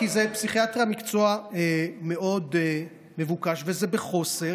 כי פסיכיאטריה היא מקצוע מאוד מבוקש וזה בחוסר.